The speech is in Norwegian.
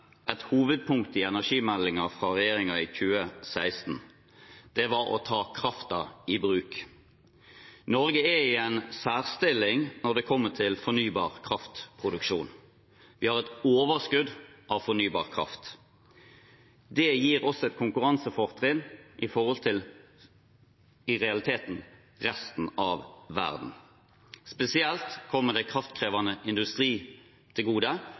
et hovedpunkt i energimeldingen fra regjeringen i 2016. Det var å ta kraften i bruk. Norge er i en særstilling når det kommer til fornybar kraftproduksjon. Vi har et overskudd av fornybar kraft. Det gir oss et konkurransefortrinn i forhold til – i realiteten – resten av verden. Spesielt kommer det kraftkrevende industri til gode,